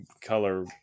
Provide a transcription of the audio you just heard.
color